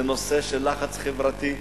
זה נושא של לחץ חברתי,